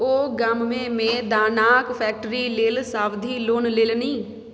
ओ गाममे मे दानाक फैक्ट्री लेल सावधि लोन लेलनि